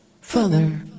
Father